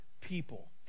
people